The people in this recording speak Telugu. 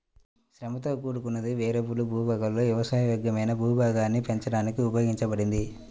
శ్రమతో కూడుకున్నది, వేరియబుల్ భూభాగాలలో వ్యవసాయ యోగ్యమైన భూభాగాన్ని పెంచడానికి ఉపయోగించబడింది